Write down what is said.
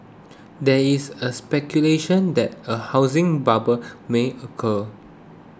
there is a speculation that a housing bubble may occur